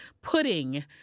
pudding